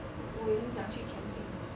um 我我也很想去 camping